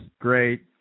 great